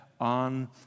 on